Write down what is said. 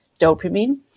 dopamine